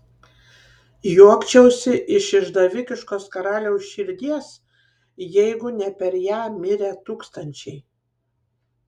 juokčiausi iš išdavikiškos karaliaus širdies jeigu ne per ją mirę tūkstančiai